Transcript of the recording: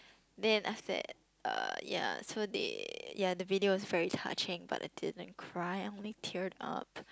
then after that uh ya so they ya the video was very touching but I didn't cry I only teared up